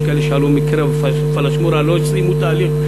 יש כאלה שעלו מקרב הפלאשמורה ולא השלימו תהליך.